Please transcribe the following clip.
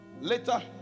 Later